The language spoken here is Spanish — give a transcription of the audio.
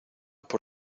por